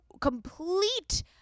complete